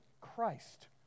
Christ